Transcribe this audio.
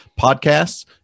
podcasts